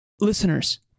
listeners